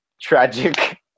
tragic